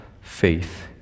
faith